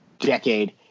decade